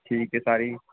ठीक है सारी